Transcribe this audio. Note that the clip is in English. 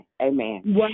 Amen